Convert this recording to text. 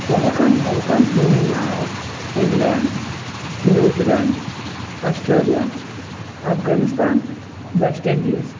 پانٛژن مُلکن ہُنٛد ناو England New Zealand Australia Afghanistan West Indies